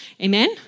Amen